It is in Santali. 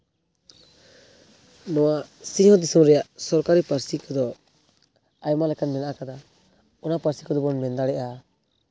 ᱱᱚᱣᱟ ᱥᱤᱧ ᱚᱛ ᱫᱤᱥᱚᱢ ᱨᱮᱭᱟᱜ ᱥᱚᱨᱠᱟᱨᱤ ᱯᱟᱹᱨᱥᱤ ᱠᱚᱫᱚ ᱟᱭᱢᱟ ᱞᱮᱠᱟᱱ ᱢᱮᱱᱟᱜ ᱠᱟᱫᱟ ᱚᱱᱟ ᱯᱟᱹᱨᱥᱤ ᱠᱚᱫᱚ ᱵᱚᱱ ᱢᱮᱱ ᱫᱟᱲᱮᱭᱟᱜᱼᱟ